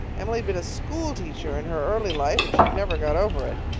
emily'd been a schoolteacher in her early life and she'd never got over it.